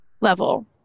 level